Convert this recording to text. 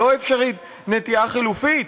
או לא אפשרית נטיעה חלופית,